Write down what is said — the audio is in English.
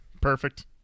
perfect